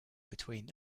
between